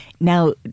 Now